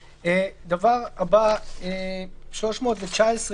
זו פשיטא אבל שתהיה סימטריה